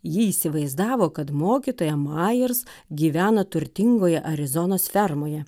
ji įsivaizdavo kad mokytoja majers gyvena turtingoje arizonos fermoje